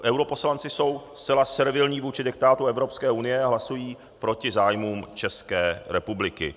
Europoslanci jsou zcela servilní vůči diktátu Evropské unie a hlasují proti zájmům České republiky.